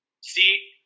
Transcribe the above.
See